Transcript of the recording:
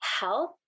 health